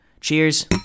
Cheers